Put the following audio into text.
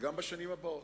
וגם בשנים הבאות.